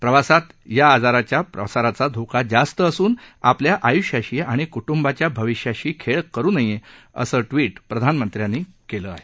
प्रवासात या आजाराच्या प्रसाराचा जास्त धोका असून आपल्या आयुष्याशी आणि कुटुंबाच्या भविष्याशी खेळ करु नये असं ट्वीट प्रधानमंत्र्यांनी केलं आहे